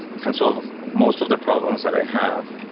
can solve most of their problems that i have.